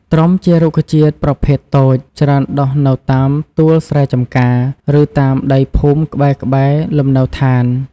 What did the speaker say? ត្រុំជារុក្ខជាតិប្រភេទតូច ច្រើនដុះនៅតាមទួលស្រែចម្ការ ឬ តាមដីភូមិក្បែរៗ លំនៅស្ថាន។